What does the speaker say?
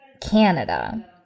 Canada